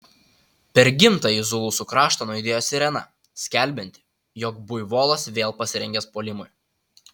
per gimtąjį zulusų kraštą nuaidėjo sirena skelbianti jog buivolas vėl pasirengęs puolimui